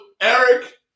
Eric